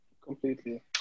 Completely